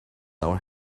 our